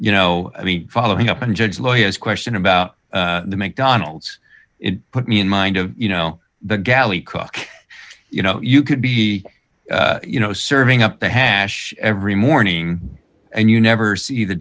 you know i mean following up on judge lawyers question about the mcdonald's it put me in mind of you know the galley cook you know you could be you know serving up the hash every morning and you never see the